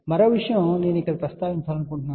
మరో విషయం నేను ఇక్కడ ప్రస్తావించాలనుకుంటున్నాను